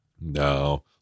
no